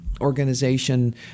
organization